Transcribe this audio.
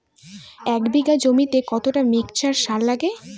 এক বিঘা জমিতে কতটা মিক্সচার সার লাগে?